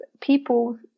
people